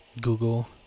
Google